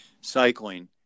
cycling